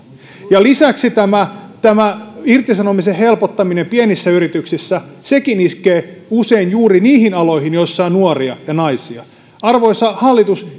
lisäksi tämä tämä irtisanomisen helpottaminen pienissä yrityksissä iskee sekin usein juuri niihin aloihin missä on nuoria ja naisia arvoisa hallitus